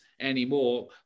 anymore